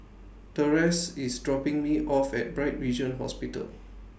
Therese IS dropping Me off At Bright Vision Hospital